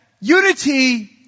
unity